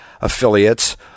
affiliates